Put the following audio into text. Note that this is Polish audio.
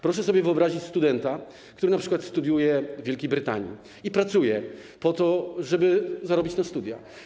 Proszę sobie wyobrazić studenta, który np. studiuje w Wielkiej Brytanii i pracuje po to, żeby zarobić na studia.